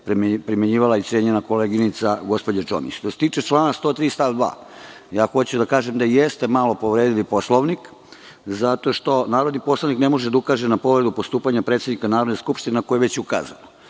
primenjivala cenjena koleginica gospođa Čomić. Što se tiče člana 103. stav 2, hoću da kažem da jeste malo povredili Poslovnik, zato što narodni poslanik ne može da ukaže na povredu postupanja predsednika Narodne skupštine našta je već ukazano. Vi